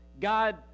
God